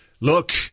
Look